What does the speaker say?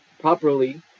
properly